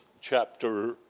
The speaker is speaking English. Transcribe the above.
chapter